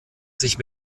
sich